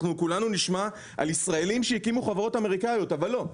אנחנו כולנו נשמע על ישראלים שהקימו חברות אמריקאיות אבל לא,